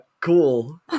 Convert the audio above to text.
cool